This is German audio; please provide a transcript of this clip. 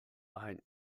ein